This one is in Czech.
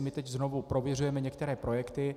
My teď znovu prověřujeme některé projekty.